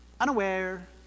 Unaware